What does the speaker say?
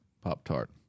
Pop-Tart